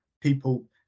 people